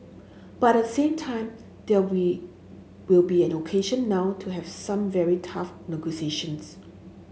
but the same time there will will be an occasion now to have some very tough negotiations